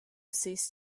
ceased